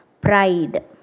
Pride